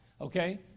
Okay